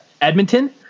Edmonton